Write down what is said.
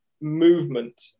movement